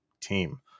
team